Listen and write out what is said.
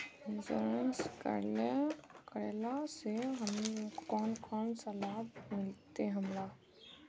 Insurance करेला से कोन कोन सा लाभ मिलते हमरा?